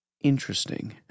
Interesting